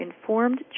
informed